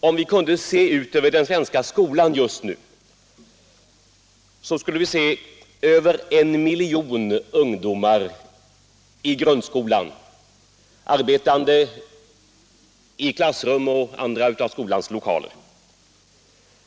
Om vi kunde se ut över den svenska skolan just nu skulle vi se över en miljon ungdomar i grundskolan, arbetande i klassrum och andra av skolans lokaler.